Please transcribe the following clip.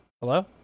Hello